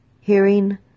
hearing